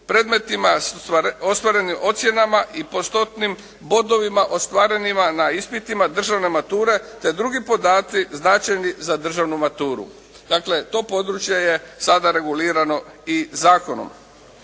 predmetima, ostvarenim ocjenama i postotnim bodovima ostvarenima na ispitima državne mature te drugi podaci značajni za državnu maturu. Dakle to područje je sada regulirano i zakonom.